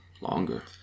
longer